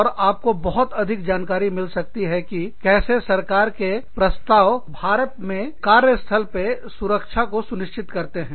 और आपको बहुत अधिक जानकारी मिल सकती है कि कैसे सरकार के प्रस्ताव भारत में कार्य स्थल पर सुरक्षा को सुनिश्चित करते हैं